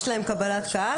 יש להם קבלת קהל?